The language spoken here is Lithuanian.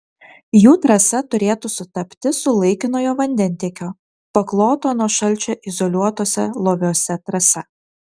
jų trasa turėtų sutapti su laikinojo vandentiekio pakloto nuo šalčio izoliuotuose loviuose trasa